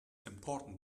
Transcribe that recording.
important